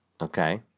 Okay